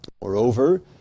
Moreover